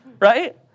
right